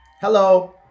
Hello